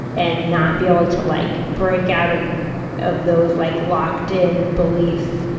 and not be able to like break out of of those like locked-in beliefs.